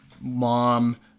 mom